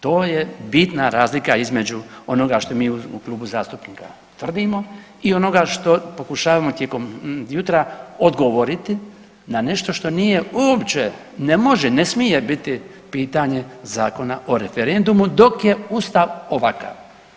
To je bitna razlika između onoga što mi u klubu zastupnika tvrdimo i onoga što pokušavamo tijekom jutra odgovoriti na nešto što nije uopće, ne može, ne smije biti pitanje Zakona o referendumu dok je Ustav ovakav.